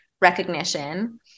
recognition